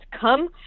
come